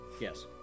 Yes